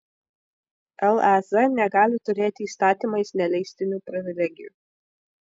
lez negali turėti įstatymais neleistinų privilegijų